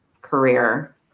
career